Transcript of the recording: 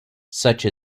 such